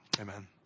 Amen